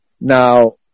Now